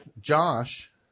Josh